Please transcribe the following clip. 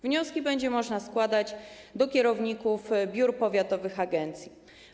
Wnioski będzie można składać do kierowników biur powiatowych agencji.